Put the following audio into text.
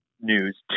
news